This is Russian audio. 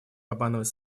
обманывать